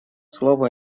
слово